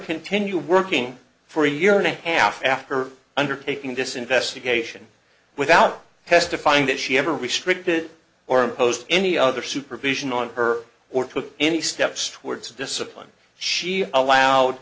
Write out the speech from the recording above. continue working for a year and a half after undertaking this investigation without testifying that she ever restricted or imposed any other supervision on her or took any steps towards a discipline she allowed